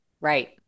right